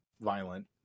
violent